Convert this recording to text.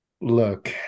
Look